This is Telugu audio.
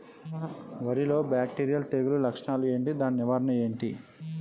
వరి లో బ్యాక్టీరియల్ తెగులు లక్షణాలు ఏంటి? దాని నివారణ ఏంటి?